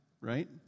right